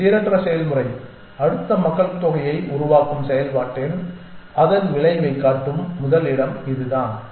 இந்த சீரற்ற செயல்முறை அடுத்த மக்கள்தொகையை உருவாக்கும் செயல்பாட்டில் அதன் விளைவைக் காட்டும் முதல் இடம் இதுதான்